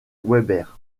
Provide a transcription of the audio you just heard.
weber